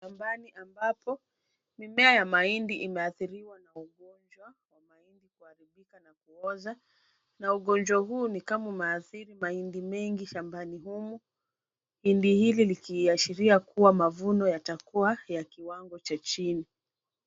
Shambani ambapo mimea ya mahindi imeathiriwa na ugonjwa wa mahindi kuharibika na kuoza na ugonjwa huu ni kama umeathiri mahindi mengi shambani humu, hindi hili likiashiria kuwa mavuno yatakuwa ya kiwango cha chini.